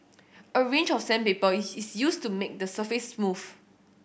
a range of sandpaper is is used to make the surface smooth